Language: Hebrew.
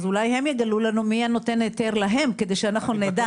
אז אולי הם יגלו לנו מי נותן את ההיתר להם כדי שאנחנו נדע.